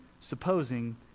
supposing